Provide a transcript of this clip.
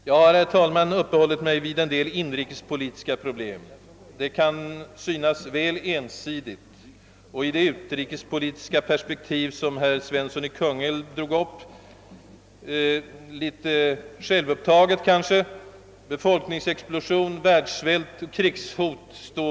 Jag har, herr talman, uppehållit mig vid en del inrikespolitiska problem. Det kan i det utrikespolitiska perspektivet, som herr Svensson i Kungälv drog upp, synas väl ensidigt och kanske litet självupptaget att göra detta. Vi står ju i detta perspektiv inför befolkningsexplosion, <världssvält och krigshot.